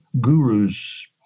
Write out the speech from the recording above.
gurus